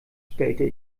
stellte